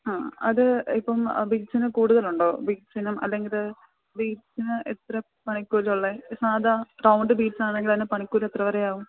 ആ അത് ഇപ്പോള് ബീഡ്സിന് കൂടുതലുണ്ടോ ബീഡ്സിനും അല്ലെങ്കില് ബീഡ്സിന് എത്ര പണിക്കൂലിയുള്ളത് ഈ സാധാ റൗണ്ട് ബീഡ്സാണെങ്കിലതിനു പണിക്കൂലി എത്ര വരെയാവും